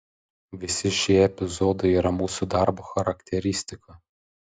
visi šie epizodai yra mūsų darbo charakteristika